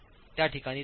त्या ठिकाणी चालते